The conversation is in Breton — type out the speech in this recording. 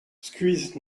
skuizh